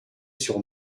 sur